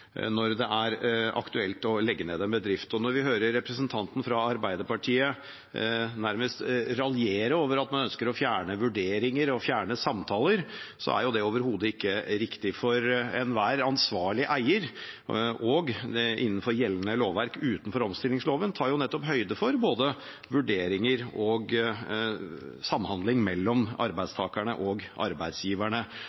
når det er aktuelt å legge ned en bedrift. Når vi hører representanten fra Arbeiderpartiet nærmest raljere over at man ønsker å fjerne vurderinger og fjerne samtaler, er det overhodet ikke riktig, for enhver ansvarlig eier – også innenfor gjeldende lovverk utenfor omstillingsloven – tar nettopp høyde for både vurderinger og samhandling mellom